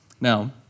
Now